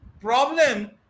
problem